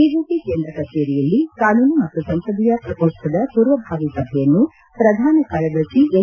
BJP ಕೇಂದ್ರ ಕಚೇರಿಯಲ್ಲಿ ಕಾನೂನು ಮತ್ತು ಸಂಸದೀಯ ಪ್ರಕೋಷ್ಠದ ಪೂರ್ವಭಾವಿ ಸಭೆಯನ್ನು ಪ್ರಧಾನ ಕಾರ್ಯದರ್ಶಿ ಎನ್